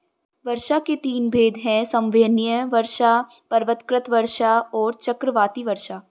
वर्षा के तीन भेद हैं संवहनीय वर्षा, पर्वतकृत वर्षा और चक्रवाती वर्षा